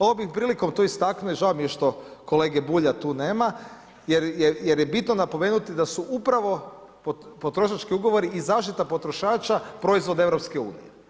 Ovom bih prilikom to istaknuo i žao mi je što kolege Bulja tu nema jer je bitno napomenuti da su upravo potrošački ugovori i zaštita potrošača proizvod EU.